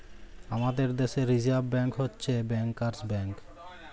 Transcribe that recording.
আমাদের দ্যাশে reserve bank হছে ব্যাংকার্স ব্যাংক